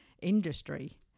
industry